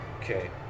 Okay